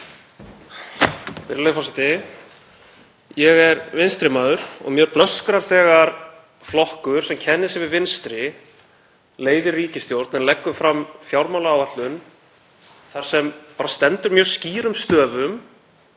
Virðulegur forseti. Ég er vinstri maður og mér blöskrar þegar flokkur sem kennir sig við vinstri og leiðir ríkisstjórn leggur fram fjármálaáætlun þar sem stendur mjög skýrum stöfum